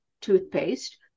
toothpaste